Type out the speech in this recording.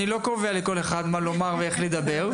אני לא קובע לאף אחד מה לומר ואיך לדבר.